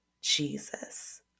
Jesus